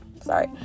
sorry